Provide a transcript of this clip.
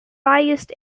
biased